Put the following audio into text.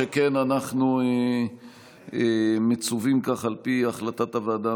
שכן אנחנו מצווים כך על פי החלטת הוועדה